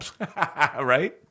Right